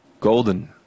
golden